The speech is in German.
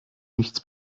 nichts